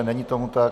Není tomu tak.